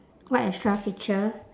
what extra feature